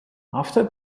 after